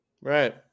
right